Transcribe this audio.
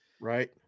Right